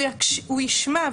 הוא ישמע,